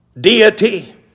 deity